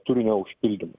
turinio užpildymo